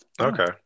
Okay